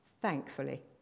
thankfully